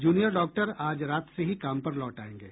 junior doctor आज रात से ही काम पर लौट आयेंगे